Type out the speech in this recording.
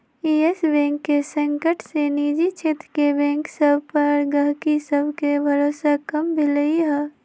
इयस Bank के संकट से निजी क्षेत्र के बैंक सभ पर गहकी सभके भरोसा कम भेलइ ह